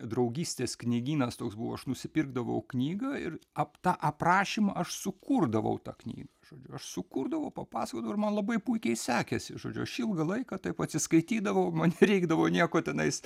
draugystės knygynas toks buvo aš nusipirkdavau knygą ir ap tą aprašymą aš sukurdavau tą knygą žodžiu aš sukurdavau papasakodavau ir man labai puikiai sekėsi žodžiu aš ilgą laiką taip atsiskaitydavau man nereikdavo nieko tenais